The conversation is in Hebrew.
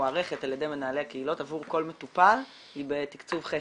המוערכת על ידי מנהלי הקהילות עבור כל מטופל היא בתקצוב חסר.